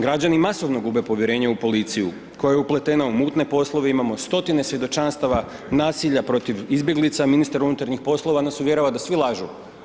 Građani masovno gube povjerenje u policiju koja je upletena u mutne poslove, imamo stotine svjedočanstava, nasilja protiv izbjeglica, ministar unutarnjih poslova nas uvjerava da svi lažu.